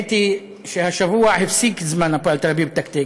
האמת היא שהשבוע הפסיק זמן הפועל תל-אביב לתקתק.